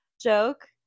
joke